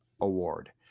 award